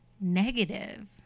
negative